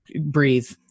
breathe